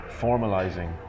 formalizing